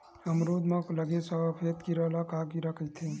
अमरूद म लगे सफेद कीरा ल का कीरा कइथे?